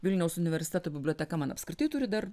vilniaus universiteto biblioteka man apskritai turi dar